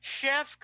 Chef